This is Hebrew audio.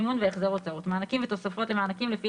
10. מימון והחזר הוצאות מענקים ותוספות למענקים לפי